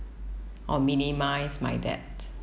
or minimise my debt